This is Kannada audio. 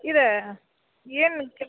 ಇದು ಏನಕ್ಕೆ